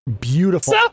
beautiful